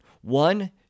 One